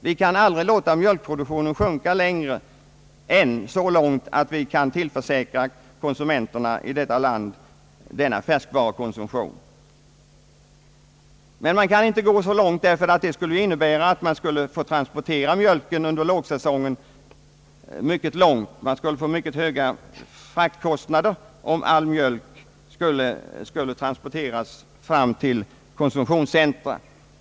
Vi kan aldrig låta mjölkproduktionen sjunka så mycket att vi inte kan tillförsäkra konsumenterna i detta land denna färskvarukonsumtion. Men man kan inte ens gå så långt, därför att det skulle innebära att man skulle få transportera mjölken mycket långt under lågsäsong. Man skulle få mycket höga fraktkostnader, om all mjölk skulle transporteras fram till konsumtionscentra.